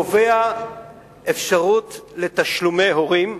קובע אפשרות לתשלומי הורים,